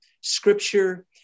scripture